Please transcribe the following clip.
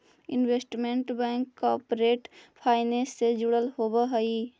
investment bank corporate finance से जुड़ल होवऽ हइ